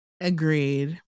Agreed